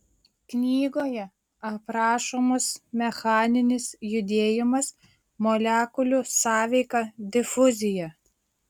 knygoje aprašomas mechaninis judėjimas molekulių sąveika difuzija